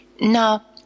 Now